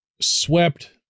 swept